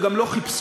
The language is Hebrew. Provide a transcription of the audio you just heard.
וגם לא חיפשו.